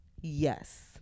yes